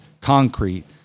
concrete